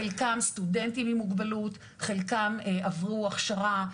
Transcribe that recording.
חלקם סטודנטים עם מוגבלות, חלקם עברו הכשרה.